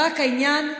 רק העניין,